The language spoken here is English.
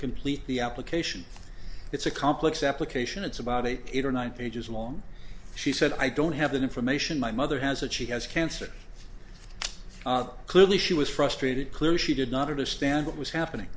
complete the application it's a complex application it's about eight or nine pages long she said i don't have that information my mother has achieved has cancer clearly she was frustrated clearly she did not understand what was happening